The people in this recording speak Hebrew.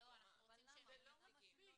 זה לא מספיק.